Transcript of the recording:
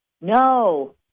No